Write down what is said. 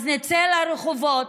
אז נצא לרחובות,